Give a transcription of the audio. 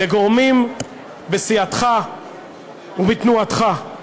לגורמים בסיעתך ובתנועתך.